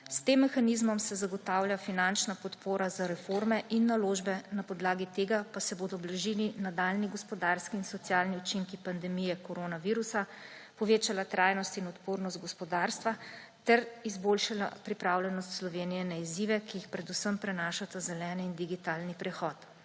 S tem mehanizmom se zagotavlja finančna podpora za reforme in naložbe, na podlagi tega pa se bodo ublažili nadaljnji gospodarski in socialni učinki pandemije koronavirusa, povečala trajnost in odpornost gospodarstva ter izboljšala pripravljenost Slovenije na izzive, ki jih prinašata predvsem zeleni in digitalni prehod.